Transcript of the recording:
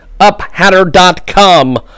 uphatter.com